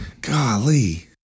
golly